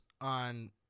on